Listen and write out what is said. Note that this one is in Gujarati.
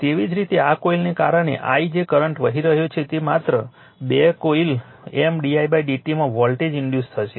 તેવી જ રીતે આ કોઇલને કારણે I જે કરંટ વહી રહ્યો છે તે માત્ર 2 કોઇલ M didt માં વોલ્ટેજ ઇન્ડ્યુસ થશે